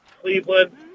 Cleveland